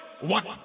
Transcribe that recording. One